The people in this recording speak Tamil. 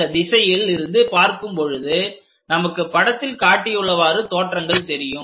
அந்த திசையில் இருந்து பார்க்கும் பொழுது நமக்கு படத்தில் காட்டியுள்ளவாறு தோற்றங்கள் தெரியும்